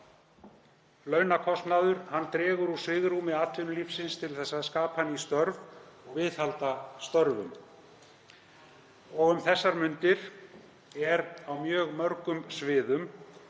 Launakostnaður dregur úr svigrúmi atvinnulífsins til að skapa ný störf og viðhalda störfum og um þessar mundir er á mjög mörgum sviðum